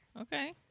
Okay